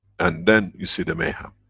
and then you see the mayhem.